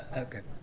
okay,